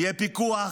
יהיה פיקוח,